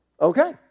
Okay